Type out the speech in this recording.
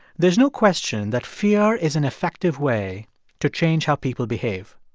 there's no question that fear is an effective way to change how people behave.